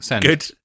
Good